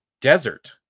Desert